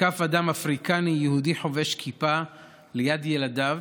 תקף אדם אפריקני יהודי חובש כיפה ליד ילדיו,